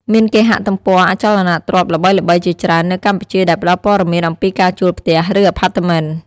មានគេហទំព័រអចលនទ្រព្យល្បីៗជាច្រើននៅកម្ពុជាដែលផ្ដល់ព័ត៌មានអំពីការជួលផ្ទះ ឬអាផាតមិន។